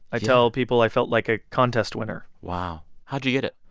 i tell people i felt like a contest winner wow. how'd you get it?